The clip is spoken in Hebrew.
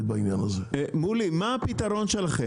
מולי, מה הפתרון שלכם?